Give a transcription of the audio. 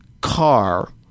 car